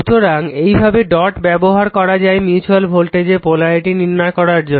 সুতরাং এইভাবে ডট ব্যবহার করা যায় মিউচুয়াল ভোল্টেজের পোলারিটি নির্ণয় করার জন্য